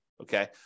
Okay